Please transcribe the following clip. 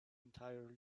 entirely